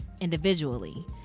individually